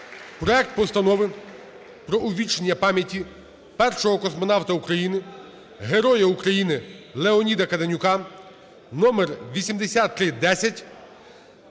проект Постанови про увічнення пам'яті Першого космонавта України, Героя України Леоніда Каденюка (№ 8310)